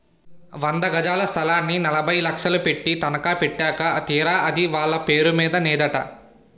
వంద గజాల స్థలాన్ని నలభై లక్షలు పెట్టి తనఖా పెట్టాక తీరా అది వాళ్ళ పేరు మీద నేదట